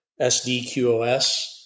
SDQOS